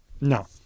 No